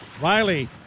Riley